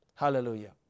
Hallelujah